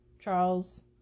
Charles